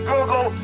Google